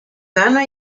gana